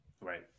right